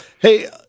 Hey